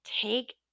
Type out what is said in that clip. take